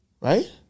Right